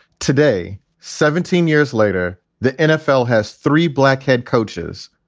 today, seventeen years later, the nfl has three black head coaches,